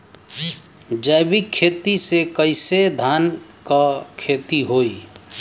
जैविक खेती से कईसे धान क खेती होई?